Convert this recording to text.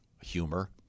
Humor